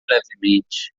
levemente